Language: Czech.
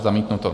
Zamítnuto.